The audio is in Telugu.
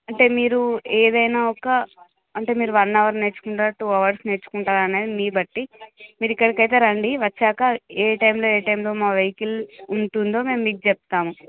అంటే మీరు ఏదైనా ఒక అంటే మీరు వన్ అవర్ నేర్చుకుంటారా టూ అవర్స్ నేర్చుకుంటారా అనేది మీ బట్టి మీరు ఇక్కడికి అయితే రండి వచ్చాక ఏ టైంలో మా వెహికల్ ఉంటుందో మీకు చెప్తాము